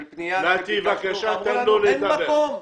--- של פנייה, ואמרו לנו: אין מקום.